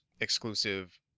exclusive